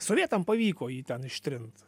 sovietam pavyko jį ten ištrint